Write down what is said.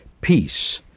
Peace